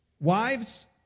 Wives